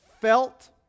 felt